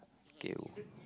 kay O